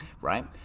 right